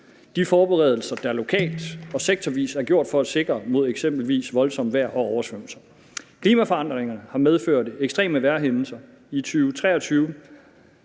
de forberedelser, der lokalt og sektorvis er gjort for at sikre mod eksempelvis voldsomt vejr og oversvømmelser. Klimaforandringerne har medført ekstreme vejrhændelser. 2023